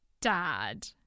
dad